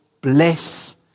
bless